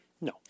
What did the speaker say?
No